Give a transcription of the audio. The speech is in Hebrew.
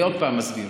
אני עוד פעם אסביר: